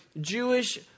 Jewish